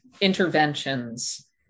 interventions